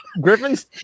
griffin's